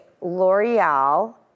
L'Oreal